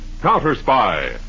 Counter-Spy